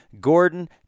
Gordon